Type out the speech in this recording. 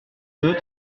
deux